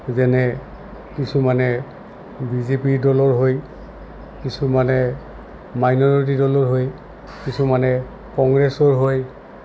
যেনে কিছুমানে বি জেপিৰ দলৰ হৈ কিছুমানে মাইনৰিটি দলৰ হৈ কিছুমানে কংগ্ৰেছৰ হৈ